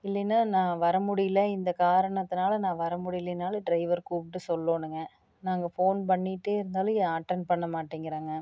இல்லைன்னா நான் வர முடியல இந்த காரணத்துனால் நான் வர முடியலேனாலும் ட்ரைவர் கூப்பிட்டு சொல்லணுங்க நாங்கள் ஃபோன் பண்ணிகிட்டே இருந்தாலும் ஏன் அட்டென் பண்ண மாட்டேங்கிறாங்க